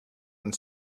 and